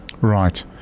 Right